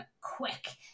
quick